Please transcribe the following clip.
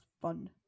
fun